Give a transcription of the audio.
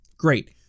Great